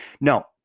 No